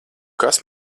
kas